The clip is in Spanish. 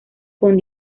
con